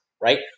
right